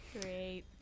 Great